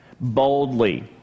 boldly